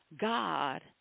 God